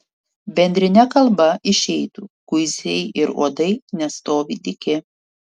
bendrine kalba išeitų kuisiai ir uodai nestovi dyki